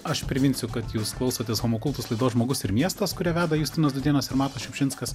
aš priminsiu kad jūs klausotės homo kultus laidos žmogus ir miestas kurią veda justinas dūdėnas ir matas šiupšinskas